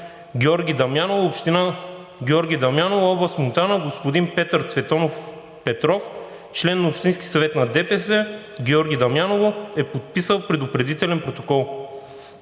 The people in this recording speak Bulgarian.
Георги Дамяново, област Монтана, господин Петър Цветанов Петров, член на Общинския съвет на ДПС в Георги Дамяново, е подписал предупредителен протокол.